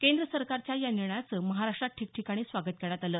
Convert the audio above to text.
केंद्र सरकारच्या या निर्णयाचं महाराष्ट्रात ठिकठिकाणी स्वागत करण्यात आलं